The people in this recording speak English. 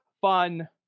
fun